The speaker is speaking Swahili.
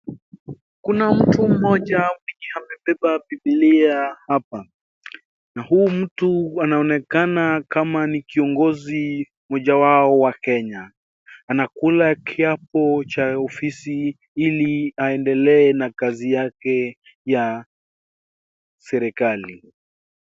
Kuna mtu mmoja mwenye amebeba bibilia hapa . Huyu mtu anaonekana kama ni kingozi mojawao wa Kenya ,anakula kiapo cha ofisi ili aendelee na kazi yake ya serikali .